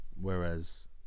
whereas